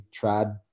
trad